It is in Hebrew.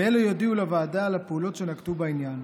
ואלה יודיעו לוועדה על הפעולות שנקטו בעניין.